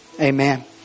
Amen